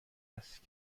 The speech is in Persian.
است